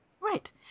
Right